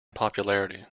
popularity